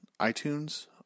itunes